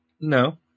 No